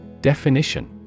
Definition